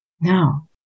No